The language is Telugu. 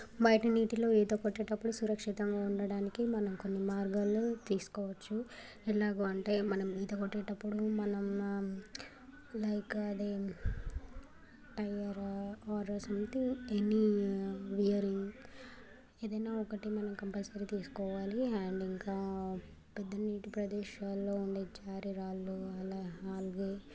బయట నీటిలో ఈత కొట్టేటప్పుడు సురక్షితంగా ఉండడానికి మనం కొన్ని మార్గాలు తీసుకోవచ్చు ఎలాగూ అంటే మనం ఈత కొట్టేటప్పుడు మనం లైక్ అది tyre or something any wearing ఏదైనా ఒకటి మనం కంపల్సరీ తీసుకోవాలి అండ్ ఇంకా పెద్ద నీటి ప్రదేశాల్లో ఉండే జారే రాళ్ళు అలా అవి